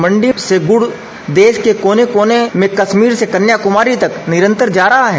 मंडी से गुड़ देश के कोने कोने में कश्मीर से कन्या कुमारी तक निरंतर जा रहा है